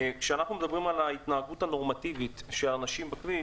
כשאנחנו מדברים על ההתנהגות הנורמטיבית של אנשים בכביש,